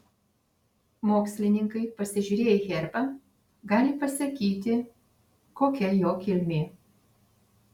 mokslininkai pasižiūrėję į herbą gali pasakyti kokia jo kilmė